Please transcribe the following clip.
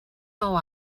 nou